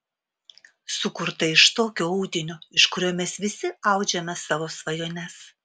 sukurta iš tokio audinio iš kurio mes visi audžiame savo svajones